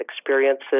experiences